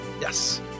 Yes